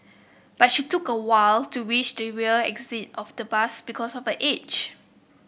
but she took a while to reach the rear exit of the bus because of her age